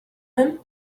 him